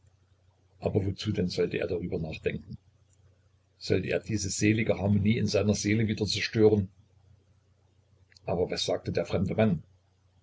aber wozu denn sollte er darüber nachdenken sollte er diese selige harmonie in seiner seele wieder zerstören aber was sagte der fremde mann